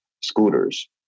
scooters